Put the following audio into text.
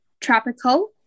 Tropical